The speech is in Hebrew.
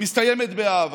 מסתיימת באהבה.